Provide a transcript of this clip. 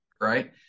right